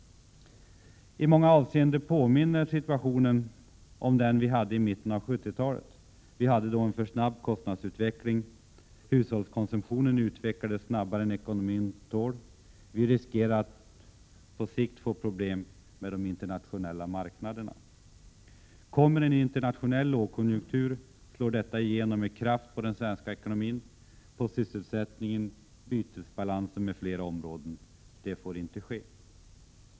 I många avseenden påminner situationen om den vi hade i mitten av 70-talet. Vi har en för snabb kostnadsutveckling, och hushållskonsumtionen utvecklas snabbare än ekonomin tål. Vi riskerar att på sikt få problem på de internationella marknaderna. Kommer en internationell lågkonjunktur, slår detta igenom med kraft på den svenska ekonomin, sysselsättningen, bytesbalansen m.fl. områden. Detta får inte ske.